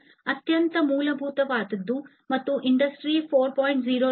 0 ಅತ್ಯಂತ ಮೂಲಭೂತವಾದದ್ದು ಮತ್ತು ಇಂಡಸ್ಟ್ರಿ 4